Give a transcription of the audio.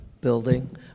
building